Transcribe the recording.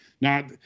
Now